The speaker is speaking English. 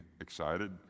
excited